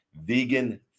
vegan